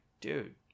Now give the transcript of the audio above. dude